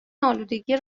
آلودگی